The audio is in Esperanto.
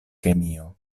kemio